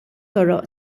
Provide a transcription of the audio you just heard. toroq